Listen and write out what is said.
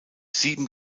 sieben